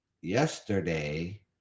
yesterday